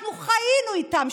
אנחנו חיינו איתם,